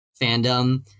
fandom